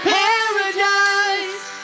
paradise